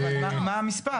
אבל מה המספר?